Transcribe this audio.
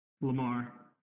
Lamar